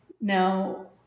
Now